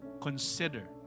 consider